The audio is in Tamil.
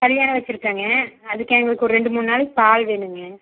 கல்யாணம் வச்சுருக்கங்க அதுக்கு எங்களுக்கு ஒரு ரெண்டு மூணு நாளைக்கு பால் வேணுங்க